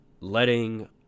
letting